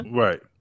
right